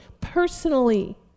personally